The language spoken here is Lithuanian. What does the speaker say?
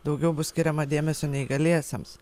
daugiau bus skiriama dėmesio neįgaliesiems